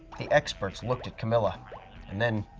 the experts looked at camilla and then